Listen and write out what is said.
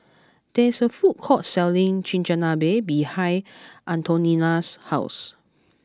there is a food court selling Chigenabe behind Antonina's house